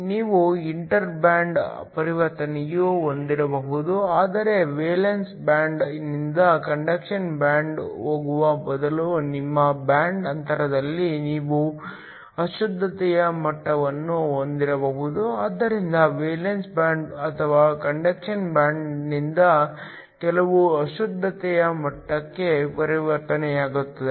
ನೀವು interband ಪರಿವರ್ತನೆಯನ್ನೂ ಹೊಂದಿರಬಹುದು ಆದರೆ ವೇಲೆನ್ಸ್ ಬ್ಯಾಂಡ್ನಿಂದ ಕಂಡಕ್ಷನ್ ಬ್ಯಾಂಡ್ಗೆ ಹೋಗುವ ಬದಲು ನಿಮ್ಮ ಬ್ಯಾಂಡ್ ಅಂತರದಲ್ಲಿ ನೀವು ಅಶುದ್ಧತೆಯ ಮಟ್ಟವನ್ನು ಹೊಂದಿರಬಹುದು ಆದ್ದರಿಂದ ವೇಲೆನ್ಸ್ ಬ್ಯಾಂಡ್ ಅಥವಾ ಕಂಡಕ್ಷನ್ ಬ್ಯಾಂಡ್ನಿಂದ ಕೆಲವು ಅಶುದ್ಧತೆಯ ಮಟ್ಟಕ್ಕೆ ಪರಿವರ್ತನೆಯಾಗುತ್ತದೆ